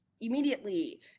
immediately